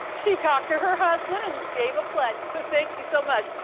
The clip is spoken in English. she talked to her husband and gave a pledge. thank you so much.